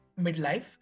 midlife